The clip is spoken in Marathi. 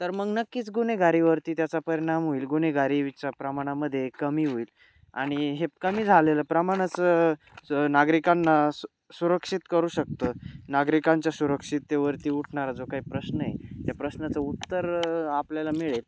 तर मग नक्कीच गुन्हेगारीवरती त्याचा परिणाम होईल गुन्हेगारी विच्या प्रमाणामामध्ये कमी होईल आणि हे कमी झालेलं प्रमाणाचं नागरिकांना सु सुरक्षित करू शकतं नागरिकांच्या सुरक्षिततेवरती उठणारा जो काही प्रश्न आहे त्या प्रश्नाचं उत्तर आपल्याला मिळेल